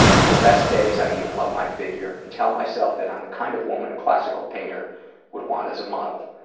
on the best days i even love my figure and tell myself that i'm the kind of woman a classical painter would want as a model.